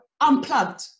unplugged